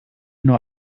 nur